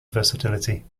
versatility